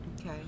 Okay